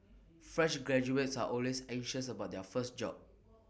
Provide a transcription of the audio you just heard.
fresh graduates are always anxious about their first job